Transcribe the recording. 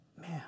man